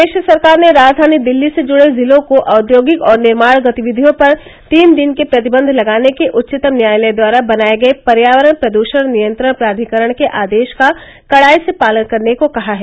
प्रदेश सरकार ने राजधानी दिल्ली से जुड़े जिलों को औद्योगिक और निर्माण गतिविधियों पर तीन दिन के प्रतिबंध लगाने के उच्चतम न्यायालय द्वारा बनाए गए पर्यावरण प्रदूषण नियंत्रण प्राधिकरण के आदेश का कड़ाई से पालन करने को कहा है